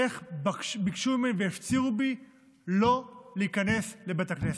איך ביקשו ממני והפצירו בי לא להיכנס לבית הכנסת,